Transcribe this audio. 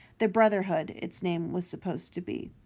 the brotherhood, its name was supposed to be.